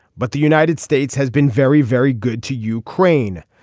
but the united states has been very very good to ukraine.